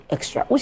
Extra